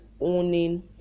owning